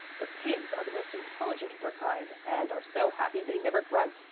the pigs are the most intelligent of their kind, and are so happy they never grunt.